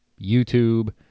YouTube